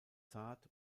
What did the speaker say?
zart